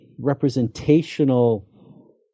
representational